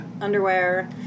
underwear